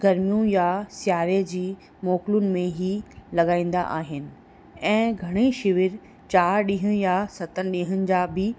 गर्मियूं या सियारे जी मोकिलुनि में ही लॻाईंदा आहिनि ऐं घणी शिविर चारि ॾींहं या सतनि ॾींहंनि जा बि